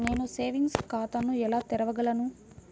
నేను సేవింగ్స్ ఖాతాను ఎలా తెరవగలను?